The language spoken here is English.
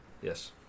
Yes